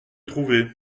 trouver